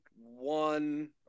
one